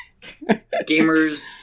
gamers